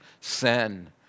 sin